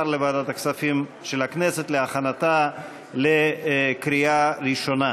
לוועדת הכספים של הכנסת להכנתה לקריאה ראשונה.